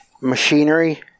machinery